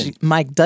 Mike